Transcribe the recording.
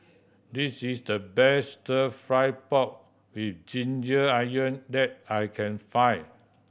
this is the best Stir Fry pork with ginger onion that I can find